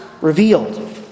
revealed